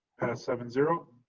seven zero.